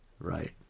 Right